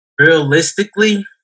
Realistically